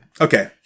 Okay